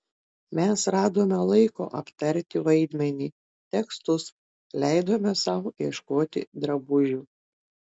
mes radome laiko aptarti vaidmenį tekstus leidome sau ieškoti drabužių